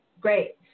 Great